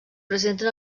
presenten